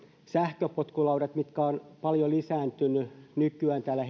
sähköpotkulautoja jotka ovat paljon lisääntyneet nykyään täällä